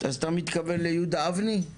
אתה מתכוון ליהודה אבני?